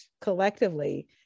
collectively